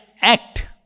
act